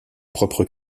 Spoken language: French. propres